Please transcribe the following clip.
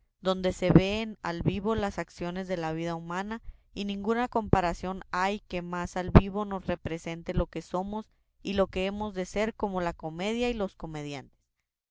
donde se veen al vivo las acciones de la vida humana y ninguna comparación hay que más al vivo nos represente lo que somos y lo que habemos de ser como la comedia y los comediantes